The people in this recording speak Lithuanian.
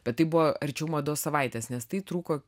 bet tai buvo arčiau mados savaitės nes tai truko